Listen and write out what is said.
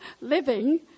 living